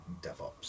DevOps